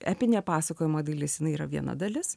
epinė pasakojimo dalis jinai yra viena dalis